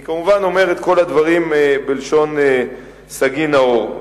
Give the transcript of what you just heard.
אני כמובן אומר את כל הדברים בלשון סגי נהור.